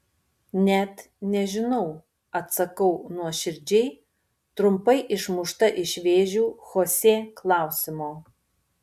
net nežinau atsakau nuoširdžiai trumpai išmušta iš vėžių chosė klausimo